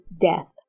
death